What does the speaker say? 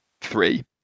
three